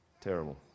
terrible